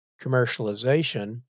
commercialization